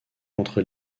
contre